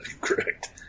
correct